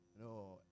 No